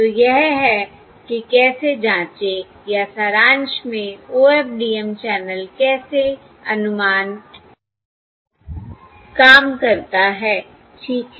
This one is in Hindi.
तो यह है कि कैसे जांचें या सारांश में OFDM चैनल कैसे अनुमान काम करता है ठीक है